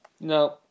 no